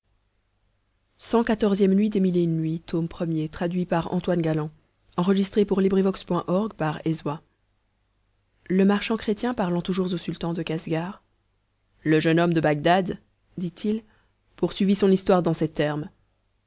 le marchand chrétien parlant toujours au sultan de casgar le jeune homme de bagdad dit-il poursuivit son histoire dans ces termes